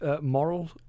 moral